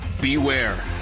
beware